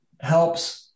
helps